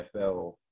NFL